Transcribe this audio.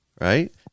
Right